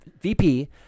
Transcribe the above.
VP